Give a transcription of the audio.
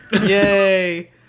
Yay